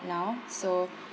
now so